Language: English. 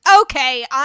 okay